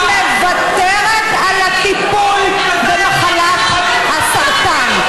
היא מוותרת על הטיפול במחלת הסרטן.